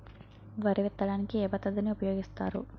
వరి విత్తడానికి ఏ పద్ధతిని ఉపయోగిస్తారు?